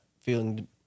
feeling